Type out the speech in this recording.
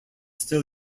still